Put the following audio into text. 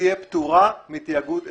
תהיה פטורה מתיאגוד אזורי.